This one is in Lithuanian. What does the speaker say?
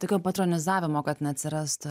tokio patronizavimo kad neatsirastų